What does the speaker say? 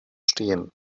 stehen